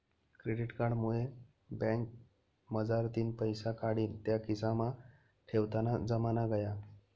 credit card मुये बँकमझारतीन पैसा काढीन त्या खिसामा ठेवताना जमाना गया